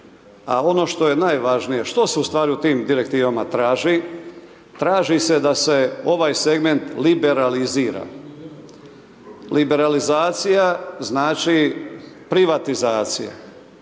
A ono što je najvažnije što se ustvari u tim direktivama traži? Traži se da se ovaj segment liberalizira. Liberalizacija znači privatizacija.